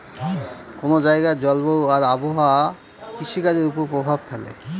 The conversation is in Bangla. কোন জায়গার জলবায়ু আর আবহাওয়া কৃষিকাজের উপর প্রভাব ফেলে